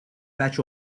batch